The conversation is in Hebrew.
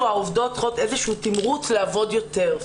העובדות צריכות איזשהו תימרוץ לעבוד יותר.